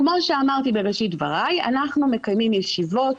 כמו שאמרתי בראשית דבריי, אנחנו מקיימים ישיבות.